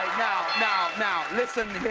now, now, listen,